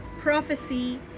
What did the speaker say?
prophecy